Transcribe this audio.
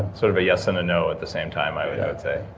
sort of a yes and a no at the same time, i yeah would say